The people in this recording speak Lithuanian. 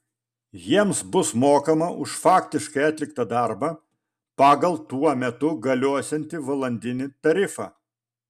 jiems bus mokama už faktiškai atliktą darbą pagal tuo metu galiosiantį valandinį tarifą